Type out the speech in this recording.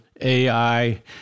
AI